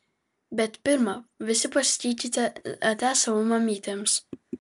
bet pirma visi pasakykite ate savo mamytėms